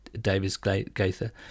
Davis-Gaither